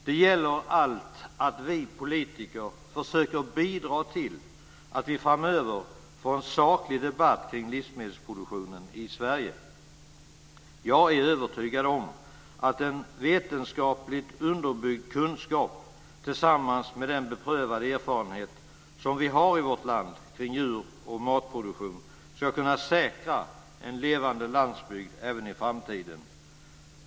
Det gäller allt att vi politiker försöker bidra till att vi framöver får en saklig debatt kring livsmedelsproduktionen i Sverige. Jag är övertygad om att en vetenskapligt underbyggd kunskap tillsammans med den beprövade erfarenhet som vi har i vårt land kring djur och matproduktion ska kunna säkra en levande landsbygd även i framtiden.